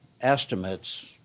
estimates